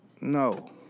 no